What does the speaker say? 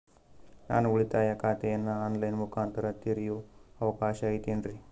ನಾನು ಉಳಿತಾಯ ಖಾತೆಯನ್ನು ಆನ್ ಲೈನ್ ಮುಖಾಂತರ ತೆರಿಯೋ ಅವಕಾಶ ಐತೇನ್ರಿ?